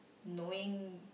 knowing